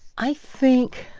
i think